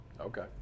Okay